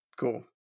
cool